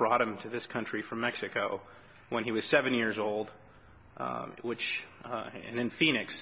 brought him to this country from mexico when he was seven years old which in phoenix